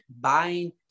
buying